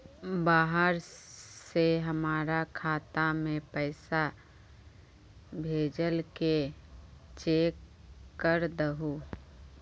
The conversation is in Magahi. बाहर से हमरा खाता में पैसा भेजलके चेक कर दहु?